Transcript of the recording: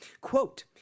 quote